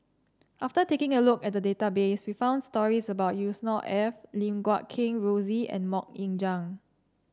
after taking a look at the database we found stories about Yusnor Ef Lim Guat Kheng Rosie and MoK Ying Jang